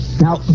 Now